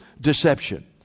deception